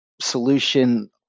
solution